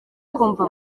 kumva